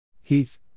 Heath